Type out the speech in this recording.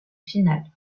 finale